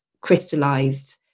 crystallized